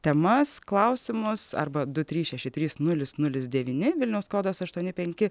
temas klausimus arba du trys šeši trys nulis nulis devyni vilniaus kodas aštuoni penki